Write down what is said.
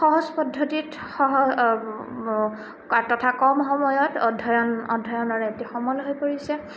সহজ পদ্ধতিত সহ তথা কম সময়ত অধ্যয়ন অধ্যয়নৰ এটি সমল হৈ পৰিছে